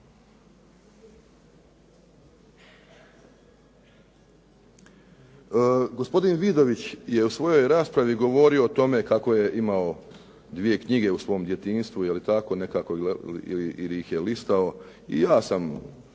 Gospodin Vidović je u svojoj raspravi govorio o tome kako je u svojoj raspravi imao dvije knjige u svom djetinjstvu, je li tako nekako ili ih je listao. I ja sam,